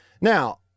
Now